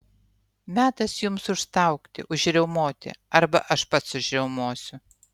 metas jums užstaugti užriaumoti arba aš pats užriaumosiu